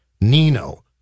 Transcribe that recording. Nino